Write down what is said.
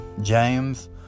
james